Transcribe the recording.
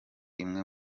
imwe